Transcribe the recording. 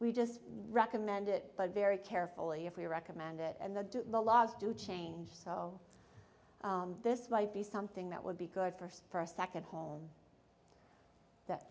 we just recommend it but very carefully if we recommend it and the laws do change so this might be something that would be good for us for a second home that